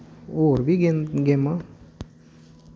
होर बी गेम गेमां